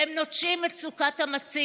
והם נוטשים את סוכת המציל,